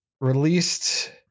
released